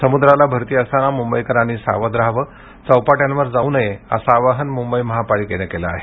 समुद्राला भरती असताना मुंबईकरांनी सावध रहावे चौपाट्यांवर जाऊ नये असं आवाहन मुंबई महापालिकेनं केले आहे